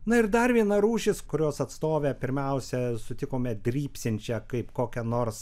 na ir dar viena rūšis kurios atstove pirmiausia sutikome drybsančią kaip kokią nors